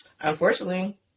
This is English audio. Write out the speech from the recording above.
unfortunately